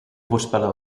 voorspellen